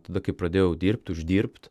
tada kai pradėjau dirbt uždirbt